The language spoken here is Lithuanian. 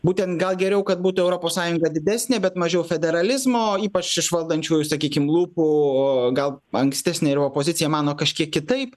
būtent gal geriau kad būtų europos sąjunga didesnė bet mažiau federalizmo ypač iš valdančiųjų sakykim lūpų gal ankstesnė ir opozicija mano kažkiek kitaip